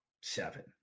seven